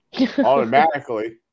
Automatically